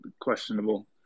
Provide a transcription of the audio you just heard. questionable